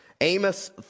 Amos